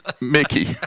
Mickey